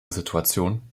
situation